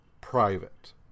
private